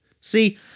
See